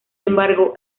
embargo